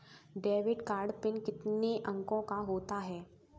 Debit card PIN कितने अंकों का होता है?